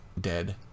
dead